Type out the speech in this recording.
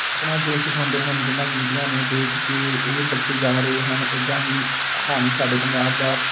ਆਪਣਾ ਜੋਸ਼ ਦਿਖਾਉਂਦੇ ਹਨ ਜਿਨ੍ਹਾਂ ਗਿਣਤੀਆਂ ਨੂੰ ਦੇਖ ਕੇ ਇਹ ਬੱਚੇ ਜਾ ਰਹੇ ਹਨ ਇੱਦਾਂ ਹੀ ਹਨ ਸਾਡੇ ਪੰਜਾਬ ਦਾ